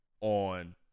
on